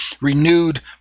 renewed